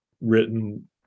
written